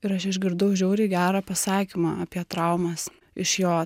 ir aš išgirdau žiauriai gerą pasakymą apie traumas iš jo